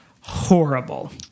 horrible